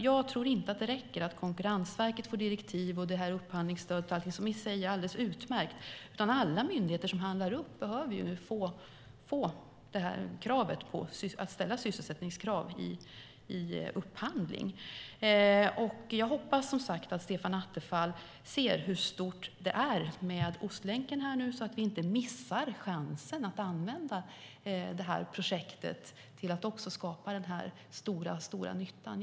Jag tror inte att det räcker att Konkurrensverket får direktiv och upphandlingsstöd, som i sig är alldeles utmärkt, utan alla myndigheter som gör upphandlingar bör få kravet att ställa sysselsättningskrav i upphandling. Jag hoppas som sagt att Stefan Attefall ser hur stort projektet Ostlänken är, så att man inte missar chansen att använda det till att skapa den stora, stora nyttan.